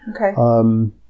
okay